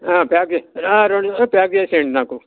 pack చేయ్ రెండు జతలు ప్యాక్ చేయండి నాకు